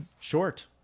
Short